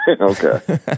Okay